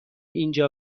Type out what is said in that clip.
اینجا